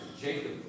Jacob